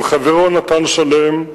עם חברו נתן שלם,